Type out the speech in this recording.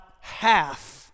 half